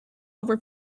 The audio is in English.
over